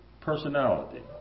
personality